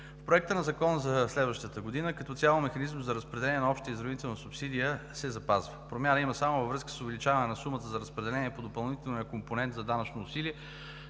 Република България за следващата година като цяло механизмът за разпределение на общата изравнителна субсидия се запазва. Промяна има само във връзка с увеличаване на сумата за разпределение по допълнителния компонент за данъчно усилие